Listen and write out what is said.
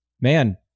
Man